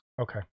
Okay